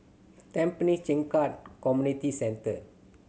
Tampine Changkat Community Centre